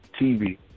TV